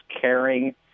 caring